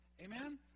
Amen